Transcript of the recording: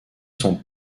son